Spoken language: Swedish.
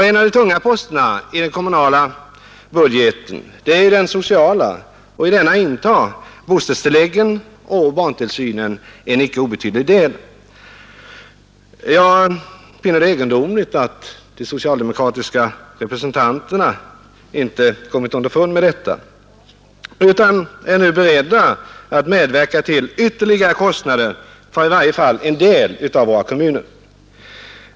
En av de tunga posterna i den kommunala budgeten är den sociala och i den intar bostadstilläggen och barntillsynen en icke obetydlig del. Jag finner det egendomligt att de socialdemokratiska representanterna inte kommit underfund med detta, utan är beredda att medverka till ytterligare kostnader, i varje fall för en del av våra kommuner.